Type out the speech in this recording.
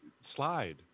slide